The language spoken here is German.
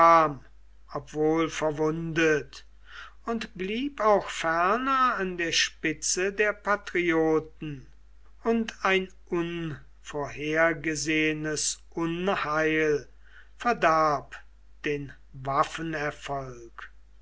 obwohl verwundet und blieb auch ferner an der spitze der patrioten und ein unvorhergesehenes unheil verdarb den